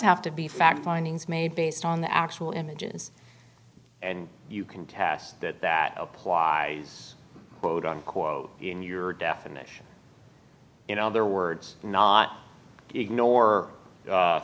have to be fact findings made based on the actual images and you can test that that applies both unquote in your definition in other words not ignore